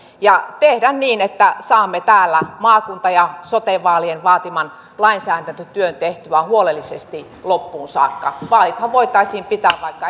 ja tehdä niin että saamme täällä maakunta ja sote vaalien vaatiman lainsäädäntötyön tehtyä huolellisesti loppuun saakka vaalithan voitaisiin pitää vaikka